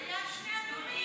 היו שני אדומים.